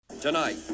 Tonight